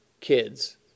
kids